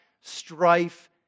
strife